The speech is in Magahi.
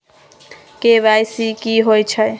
के.वाई.सी कि होई छई?